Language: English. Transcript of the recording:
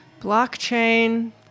Blockchain